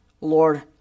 Lord